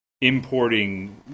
importing